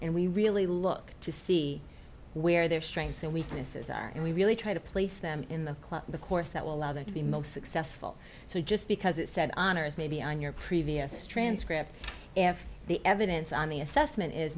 and we really look to see where their strengths and weaknesses are and we really try to place them in the club the course that will allow them to be most successful so just because it said honor is maybe on your previous transcript if the evidence on the assessment is